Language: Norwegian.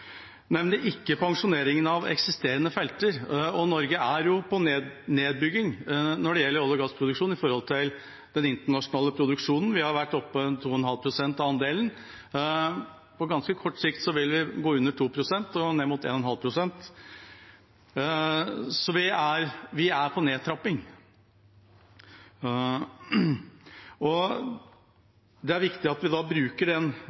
ikke pensjoneringen av eksisterende felter. Norge byggier jo ned olje- og gassproduksjonen i forhold til den internasjonale produksjonen. Vi har vært oppe på en andel på 2,5 pst. På ganske kort sikt vil vi gå under 2 pst. og ned mot 1,5 pst. Vi er på nedtrapping. Det er viktig at vi